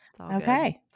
Okay